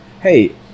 Hey